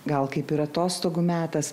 gal kaip ir atostogų metas